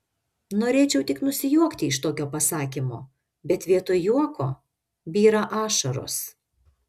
norėčiau tik nusijuokti iš tokio pasakymo bet vietoj juoko byra ašaros